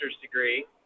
degree